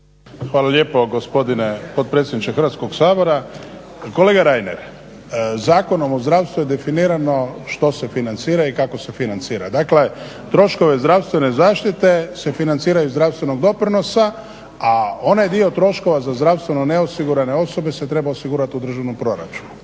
Hvala lijepo potpredsjedniče Hrvatskog sabora. Kolega Reiner, Zakonom o zdravstvu je definirano što se financira i kako se financira. Dakle troškove zdravstvene zaštite se financira iz zdravstvenog doprinosa, a onaj dio troškova za zdravstveno neosigurane osobe se treba osigurati u državnom proračunu.